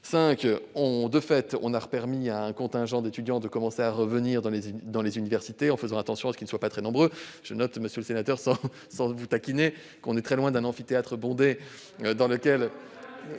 Cinq, on a permis à un contingent d'étudiants de commencer à revenir dans les universités, en faisant attention à ce qu'ils ne soient pas très nombreux. Je note, monsieur le sénateur, sans vouloir vous taquiner, que l'on est ici très loin ici d'un amphithéâtre bondé d'étudiants ...